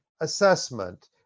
assessment